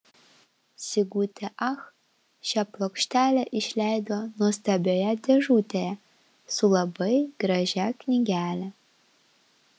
sigutė ach šią plokštelę išleido nuostabioje dėžutėje su labai gražia knygele